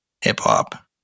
hip-hop